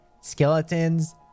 Skeletons